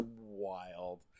wild